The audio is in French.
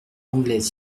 anglais